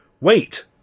Wait